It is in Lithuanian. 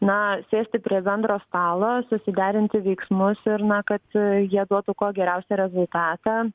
na sėsti prie bendro stalo susiderinti veiksmus ir na kad jie duotų kuo geriausią rezultatą